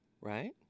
right